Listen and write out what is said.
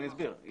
אני אסביר.